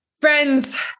Friends